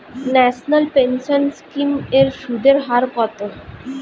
National pension scheme এর সুদের হার কত?